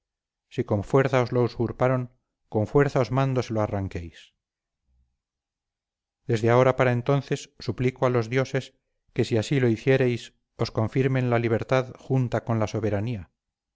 si con fuerza os lo usurparon con fuerza os mando se lo arranquéis desde ahora para entonces suplico a les dioses que si así lo hiciereis os confirmen la libertad junta con la soberanía